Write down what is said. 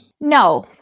no